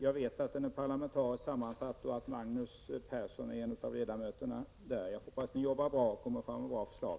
Jag vet att den är parlamentariskt sammansatt och att Magnus Persson är en av ledamöterna där. Jag hoppas att ni kommer fram till bra förslag.